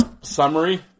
summary